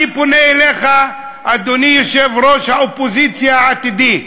אני פונה אליך, אדוני יושב-ראש האופוזיציה העתידי,